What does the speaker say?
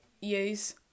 use